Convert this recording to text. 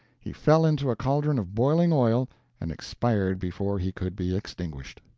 he fell into a caldron of boiling oil and expired before he could be extinguished.